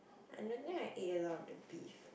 I don't think I ate a lot of the beef